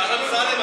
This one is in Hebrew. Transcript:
השר אמסלם,